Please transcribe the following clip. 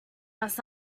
mess